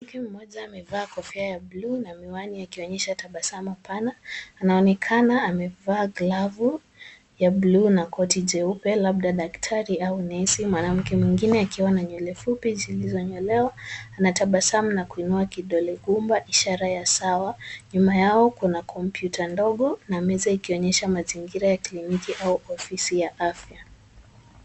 Mwanamke mmoja amevalia kofia ya blue na miwani akionyesha tabasamu pana. Anaonekana amevaa glavu ya blue na koti jeupe labda daktari au nasi. Mwanamke mwingine akiwa na nywele fupi zilizonyolewa anatabasamu na kuinua kidole gumba ishara ya sawa. Nyuma yao kuna kompyuta ndogo na meza ikionyesha mazingira ya kliniki au ofisi ya afya.